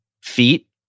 feet